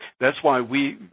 that's why we,